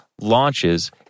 launches